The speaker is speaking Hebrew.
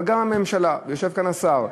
אבל גם הממשלה ויושב כאן השר,